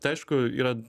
tai aišku yra